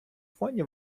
фоні